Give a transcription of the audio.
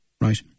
Right